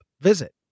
visit